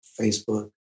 facebook